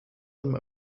them